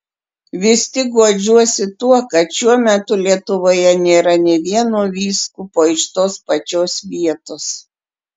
vis tik guodžiuosi tuo kad šiuo metu lietuvoje nėra nė vieno vyskupo iš tos pačios vietos